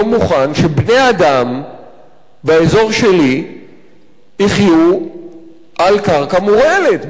שבני-אדם באזור שלי יחיו על קרקע מורעלת באזבסט.